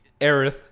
Aerith